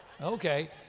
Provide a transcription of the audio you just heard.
okay